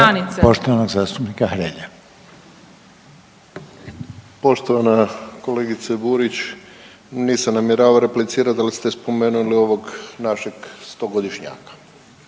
Silvano (HSU)** Poštovana kolegice Burić, nisam namjeravao replicirati ali ste spomenuli ovog našeg stogodišnjaka.